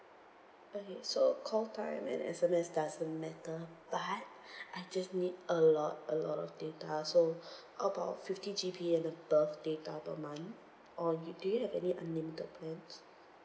okay so call time and S_M_S doesn't matter but I just need a lot a lot of data so about fifty G_B and above data per month or do you have any unlimited plans